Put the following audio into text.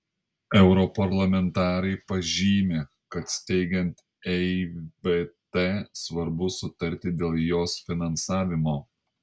europarlamentarai pažymi kad steigiant eivt svarbu sutarti dėl jos finansavimo